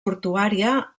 portuària